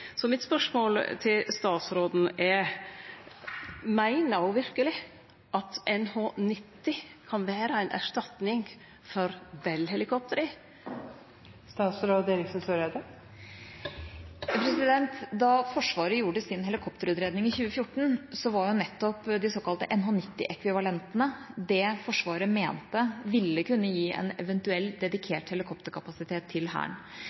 Så spørsmålet mitt til stsatsråden er: Meiner ho verkeleg at NH90 kan vere ei erstatning for Bell-helikoptra? Da Forsvaret gjorde sin helikopterutredning i 2014, var nettopp de såkalte NH90-ekvivalentene det Forsvaret mente ville kunne gi en eventuell dedikert helikopterkapasitet til Hæren.